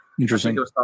Interesting